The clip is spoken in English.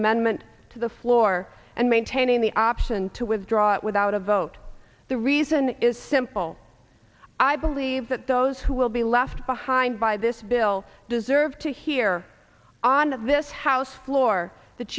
amendment to the floor and maintaining the option to withdraw it without a vote the reason is simple i believe that those who will be left behind by this bill deserve to hear on this house floor that